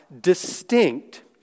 distinct